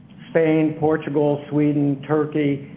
spain, portugal, sweden, turkey,